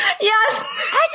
Yes